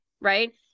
right